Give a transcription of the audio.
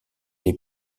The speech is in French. les